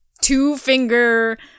Two-finger